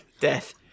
Death